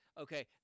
Okay